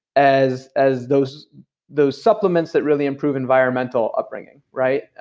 as as those those supplements that really improve environmental upbringing, right?